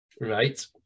right